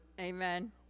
Amen